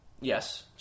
Yes